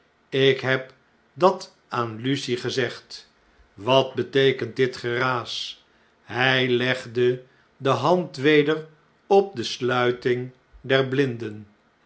ik heb dat aan lucie gezegd wat beteekent dit geraas hij legde de hand weder op de sluiting der blinden